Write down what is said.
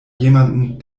jemanden